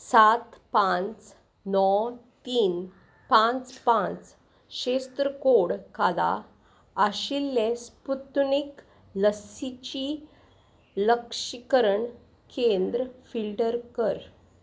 सात पांच णव तीन पांच पांच क्षेत्र कोड खाला आशिल्ले स्पुतुनीक लसीची लसीकरण केंद्र फिल्टर कर